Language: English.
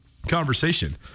Conversation